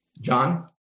John